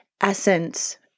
essence